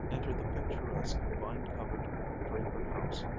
entered the picturesque vine-covered draper house,